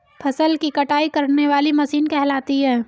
फसल की कटाई करने वाली मशीन कहलाती है?